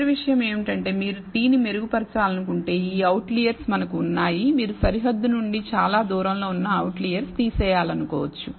చివరి విషయం ఏమిటంటే మీరు t ని మెరుగుపరచాలనుకుంటే ఈ అవుట్లెర్స్ మనకు ఉన్నాయి మీరు సరిహద్దు నుండి చాలా దూరంలో ఉన్న అవుట్లైయర్ తీసివేయాలనుకోవచ్చు